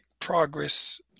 progress